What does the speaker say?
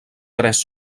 tres